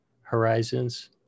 horizons